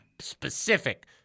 specific